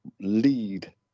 lead